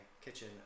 kitchen